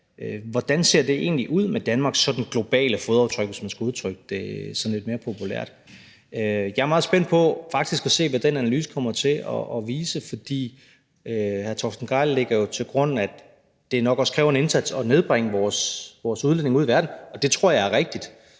hvordan det egentlig ser ud med Danmarks globale fodaftryk, hvis man skal udtrykke det sådan lidt mere populært. Jeg er faktisk meget spændt på at se, hvad den analyse kommer til at vise. Hr. Torsten Gejl lægger jo til grund, at det nok også kræver en indsats at nedbringe vores udledning ude i verden, og det tror jeg er rigtigt,